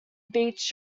beach